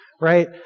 right